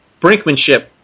brinkmanship